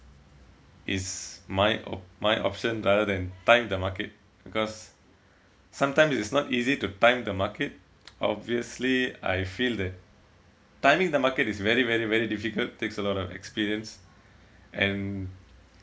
is my oh my option rather than time the market because sometimes it is not easy to time the market obviously I feel that timing the market is very very very difficult takes a lot of experience and